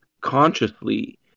consciously